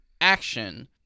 action